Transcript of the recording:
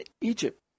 Egypt